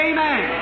Amen